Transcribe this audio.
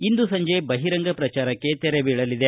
ಇಂದು ಸಂಜೆ ಬಹಿರಂಗ ಪ್ರಚಾರಕ್ಕೆ ತೆರೆ ಬೀಳಲಿದೆ